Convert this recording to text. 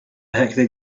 hectic